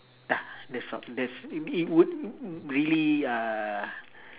ya that's all that's it it would really uh